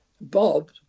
Bob